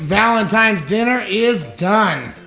valentine's dinner is done.